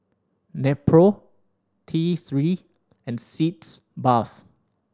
Nepro T Three and Sitz Bath